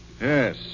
Yes